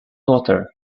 water